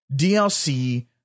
DLC